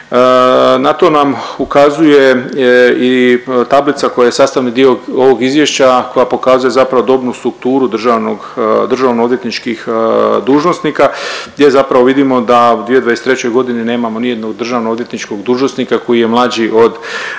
Na to nam ukazuje i tablica koja je sastavni dio ovog izvješća, a koja pokazuje zapravo dobnu strukturu državnog, državno odvjetničkih dužnosnika gdje zapravo vidimo da u 2023. godini nemamo nijednog državno odvjetničkog dužnosnika koji je mlađi od